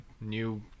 new